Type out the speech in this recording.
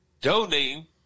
donating